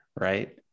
Right